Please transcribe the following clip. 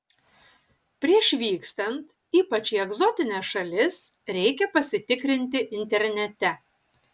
prieš vykstant ypač į egzotines šalis reikia pasitikrinti internete